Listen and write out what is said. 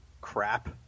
crap